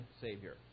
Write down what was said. Savior